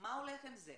מה הולך עם זה?